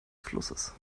flusses